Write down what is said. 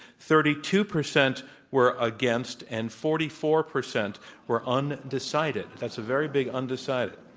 thirty two percent were against, and forty four percent were undecided. that's a very big undecided.